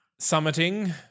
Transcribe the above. summiting